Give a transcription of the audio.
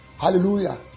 Hallelujah